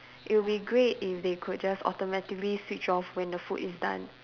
it will be great if they could just automatically switch off when the food is done